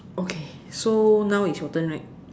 okay so now is your turn right